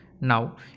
Now